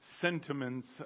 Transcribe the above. sentiments